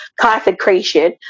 consecration